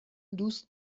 دوست